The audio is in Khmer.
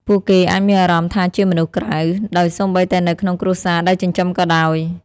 ពួកគេអាចមានអារម្មណ៍ថាជាមនុស្សក្រៅ ដោយសូម្បីតែនៅក្នុងគ្រួសារដែលចិញ្ចឹមក៏ដោយ។